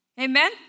Amen